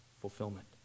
fulfillment